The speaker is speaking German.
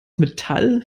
metall